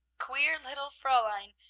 queer little fraulein!